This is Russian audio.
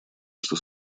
что